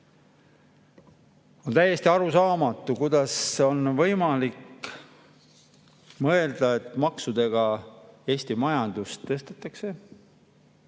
On täiesti arusaamatu, kuidas on võimalik mõelda, et maksudega Eesti majandust [kasvatatakse]